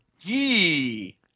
Yee